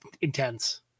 intense